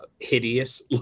hideous